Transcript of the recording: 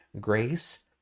grace